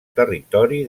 territori